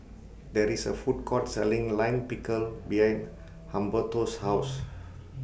There IS A Food Court Selling Lime Pickle behind Humberto's House